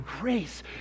grace